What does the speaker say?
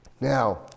Now